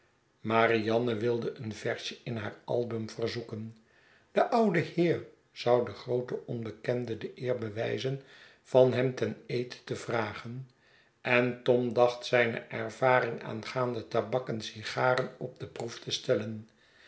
marianne wilde een versje in haar album verzoeken de oude heer zou den grooten onbekende de eer bewijzen van hem ten eten te vragen en tom dacht zijne ervaring aangaande tabak en sigaren op de proef te stellen